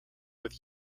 with